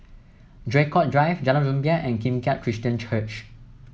Draycott Drive Jalan Rumbia and Kim Keat Christian Church